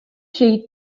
she